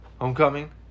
homecoming